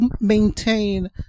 maintain